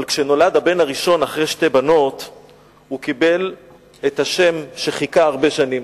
אבל כשנולד הבן הראשון אחרי שתי בנות הוא קיבל את השם שחיכה הרבה שנים.